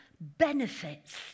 benefits